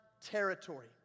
territory